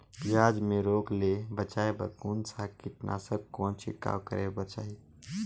पियाज मे रोग ले बचाय बार कौन सा कीटनाशक कौन छिड़काव करे बर चाही?